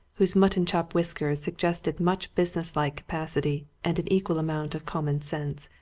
whose mutton-chop whiskers suggested much business-like capacity and an equal amount of common sense,